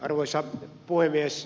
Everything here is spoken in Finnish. arvoisa puhemies